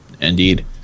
indeed